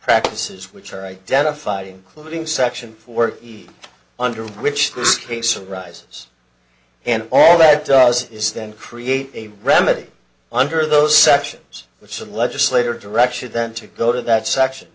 practices which are identified including section four under which this case arises and all that does is then create a remedy under those sections which some legislator direction then to go to that section